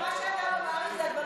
מה שאתה לא